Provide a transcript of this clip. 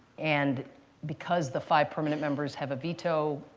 and because the five permanent members have a veto,